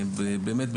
באמת,